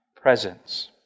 presence